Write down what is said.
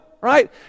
right